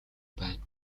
байна